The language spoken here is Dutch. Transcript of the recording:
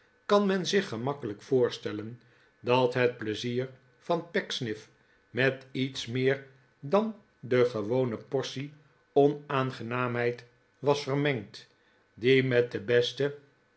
kan men zich gemakkelijk voorstellen dat het pleizier van pecksniff met lets meer dan de gewone portie onaangenaamheid was vermengd die met de beste